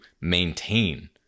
maintain